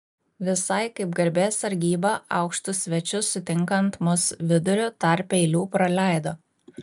visai kaip garbės sargyba aukštus svečius sutinkant mus viduriu tarpe eilių praleido